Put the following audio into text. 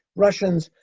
russians,